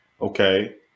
Okay